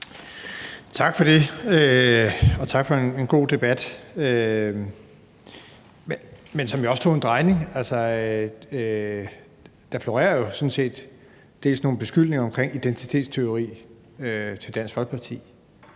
Tak for det, og tak for en god debat – som jo også tog en drejning. Der florerer jo sådan set nogle beskyldninger mod Dansk Folkeparti